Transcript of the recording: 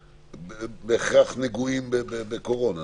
לא בהכרח נגועים בקורונה.